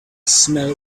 smell